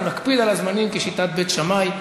אנחנו נקפיד על הזמנים כשיטת בית שמאי.